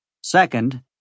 Second